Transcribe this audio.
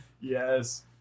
yes